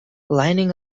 lining